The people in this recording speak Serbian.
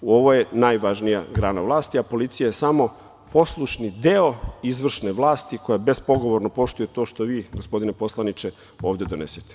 Ovo je najvažnija grana vlasti, a policija je samo poslušni deo izvršne vlasti, koja bespogovorno poštuje to što vi, gospodine poslaniče, ovde donesete.